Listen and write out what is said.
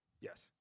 yes